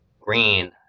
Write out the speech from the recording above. green